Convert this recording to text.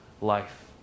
life